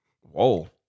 Whoa